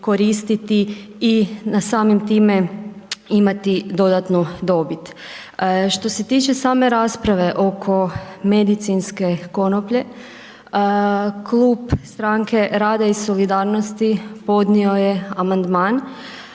i na samim time imati dodatnu dobit. Što se tiče same rasprave oko medicinske konoplje, Klub Stranke rada i solidarnosti podnio je amandman.